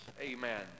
Amen